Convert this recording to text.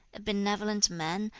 a benevolent man,